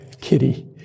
kitty